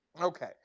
okay